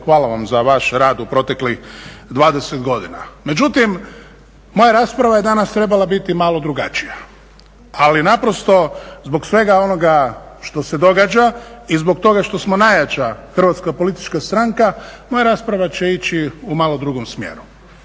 hvala vam za vaš rad u proteklih 20 godina. Međutim, moja rasprava je danas trebala biti malo drugačija, ali naprosto zbog svega onoga što se događa i zbog toga što smo najjača hrvatska politička stranka moja rasprava će ići u malo drugom smjeru.